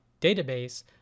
database